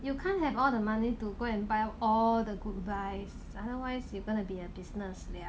you can't have all the money to go and buy all the good buys otherwise you gonna be a business liao